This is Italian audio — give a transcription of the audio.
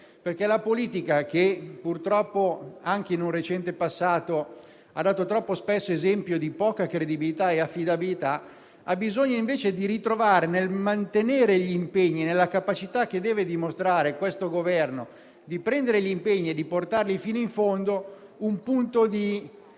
la politica che, purtroppo, anche in un recente passato, ha dato troppo spesso esempio di poca credibilità e affidabilità, ha bisogno invece di ritrovare, nella capacità che deve dimostrare il Governo di prendere gli impegni e di portarli fino in fondo, un punto di